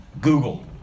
Google